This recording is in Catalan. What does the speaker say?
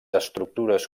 estructures